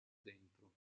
dentro